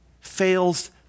fails